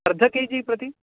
अर्ध के जि प्रति